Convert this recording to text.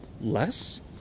less